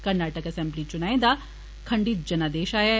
Karnataka assembly चुनाएं दा खण्डित जनादेश आया ऐ